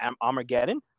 Armageddon